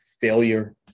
Failure